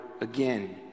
again